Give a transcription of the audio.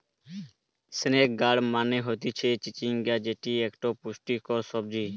snake gourd মানে হতিছে চিচিঙ্গা যেটি একটো পুষ্টিকর সবজি